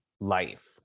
life